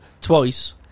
twice